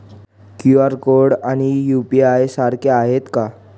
QR code आणि UPI सारखे आहेत का?